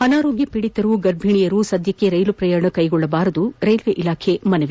ಅನಾರೋಗ್ಯ ಪೀಡಿತರು ಗರ್ಭಿಣೆಯರು ಸದ್ದಕ್ಕೆ ರೈಲುಪ್ರಯಾಣ ಕೈಗೊಳ್ಳಬಾರದು ರೈಲ್ವೆ ಇಲಾಖೆ ಮನವಿ